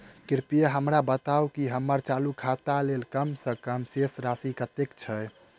कृपया हमरा बताबू की हम्मर चालू खाता लेल कम सँ कम शेष राशि कतेक छै?